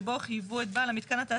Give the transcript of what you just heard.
של כבאות?